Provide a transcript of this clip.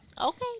Okay